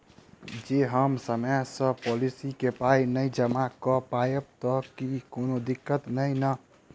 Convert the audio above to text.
जँ हम समय सअ पोलिसी केँ पाई नै जमा कऽ पायब तऽ की कोनो दिक्कत नै नै?